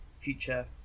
future